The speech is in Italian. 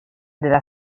della